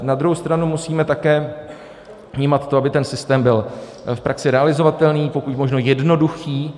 Na druhou stranu musíme také vnímat to, aby ten systém byl v praxi realizovatelný, pokud možno jednoduchý.